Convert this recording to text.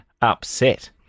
upset